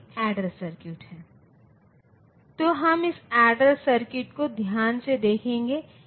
2's complement representation यह इस plus 0 minus 0 अभ्यावेदन से ग्रस्त नहीं है